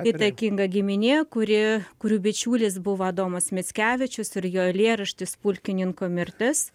įtakinga giminė kuri kurių bičiulis buvo adomas mickevičius ir jo eilėraštis pulkininko mirtis